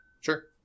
Sure